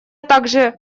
также